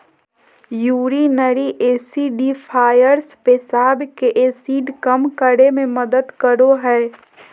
urinary acidifiers पेशाब के acid कम करे मे मदद करो हय